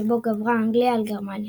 שבו גברה אנגליה על גרמניה.